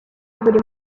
buri